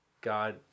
God